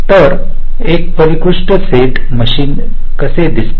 तर एक परिष्कृत सेट मशीन कसे दिसते